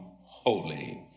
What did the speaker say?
holy